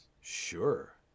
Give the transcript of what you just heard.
sure